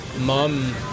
Mom